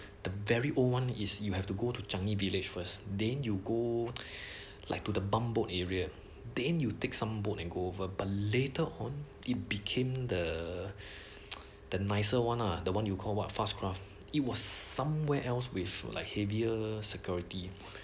the very old one is you have to go to changi village first then you go like to the bumboat area then you take some boat to go over but later on it became the the nicer one ah the one you call what fast craft it was somewhere else with like heavier security